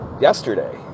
yesterday